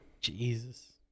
Jesus